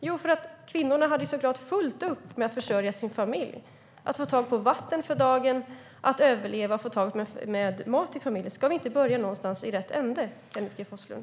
Jo, därför att kvinnorna hade fullt upp med att försörja sin familj, med att få tag på mat och vatten, med att överleva. Ska vi inte börja i rätt ända, Kenneth G Forslund?